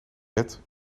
bed